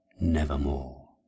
nevermore